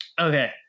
Okay